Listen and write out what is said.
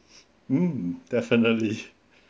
mm definitely